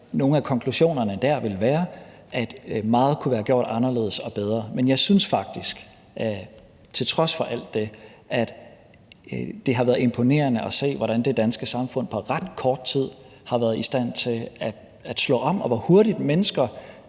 nogle af konklusionerne der vil være, at meget kunne være gjort anderledes og bedre. Men jeg synes faktisk, til trods for alt det, at det har været imponerende at se, hvordan det danske samfund på ret kort tid har været i stand til at slå om, hvor hurtigt mennesker